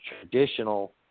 traditional